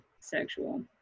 sexual